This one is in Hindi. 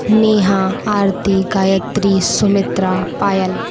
नेहा आरती गायत्री सुमित्रा पायल